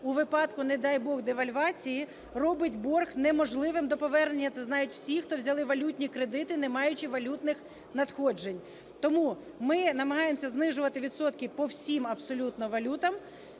у випадку, не дай Бог, девальвації робить борг неможливим до повернення. Це знають всі, хто взяли валютні кредити, не маючи валютних надходжень. Тому ми намагаємося знижувати відсотки по всім абсолютно валютам.